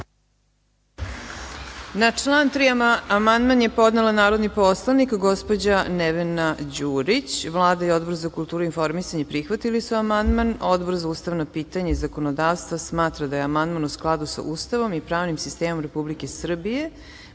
Na član 3. amandman je podnela narodni poslanik, gospođa Nevena Đurić. Vlada i Odbor za kulturu i informisanje prihvatili su amandman, a Odbor za ustavna pitanja i zakonodavstvo smatra da je amandman u skladu sa Ustavom i pravnim sistemom Republike Srbije,